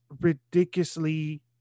ridiculously